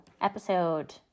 episode